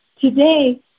today